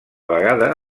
vegada